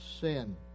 sin